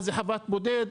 מה זה חוות בודד,